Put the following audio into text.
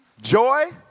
joy